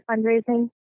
fundraising